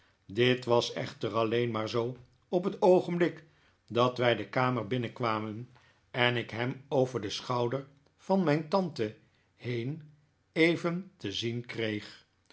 dit was echter alleen maar zoo op het oogenblik dat wij de kamer binnenkwamen en ik hem over den schouder van mijn tante heen even te zien kreeg